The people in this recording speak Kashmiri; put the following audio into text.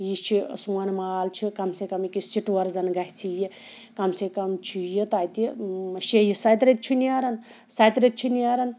یہِ چھُ سون مال چھُ کَم سے کَم ییٚکیاہ سٹور زَن گَژھِ یہِ کَم سے کَم چھُ یہِ تَتہِ شٔیٚیہِ سَتہِ رٔتۍ چھُ نیران سَتہِ رٔتۍ چھُ نیران